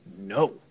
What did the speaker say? No